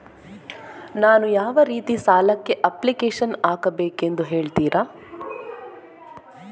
ನಾನು ಯಾವ ರೀತಿ ಸಾಲಕ್ಕೆ ಅಪ್ಲಿಕೇಶನ್ ಹಾಕಬೇಕೆಂದು ಹೇಳ್ತಿರಾ?